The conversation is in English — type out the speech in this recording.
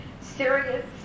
serious